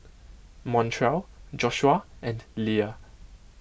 Montrell Joshua and Lea